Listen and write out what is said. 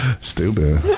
Stupid